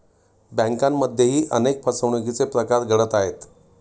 बँकांमध्येही अनेक फसवणुकीचे प्रकार घडत आहेत